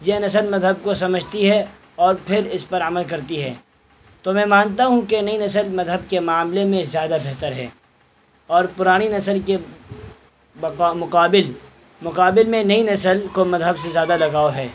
یہ نسل مذہب کو سمجھتی ہے اور پھر اس پر عمل کرتی ہے تو میں مانتا ہوں کہ نئی نسل مذہب کے معاملے میں زیادہ بہتر ہے اور پرانی نسل کے مقابل مقابل میں نئی نسل کو مذہب سے زیادہ لگاؤ ہے